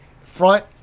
front